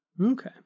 Okay